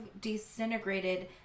disintegrated